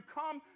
come